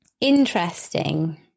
Interesting